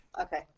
okay